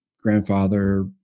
grandfather